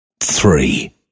three